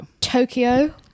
tokyo